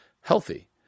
healthy